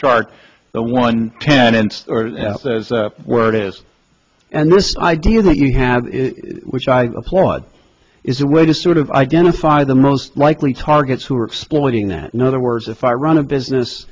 chart the one tenant where it is and this idea that you have which i applaud is a way to sort of identify the most likely targets who are exploiting that know the words if i run a business